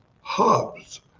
hubs